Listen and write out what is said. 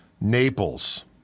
Naples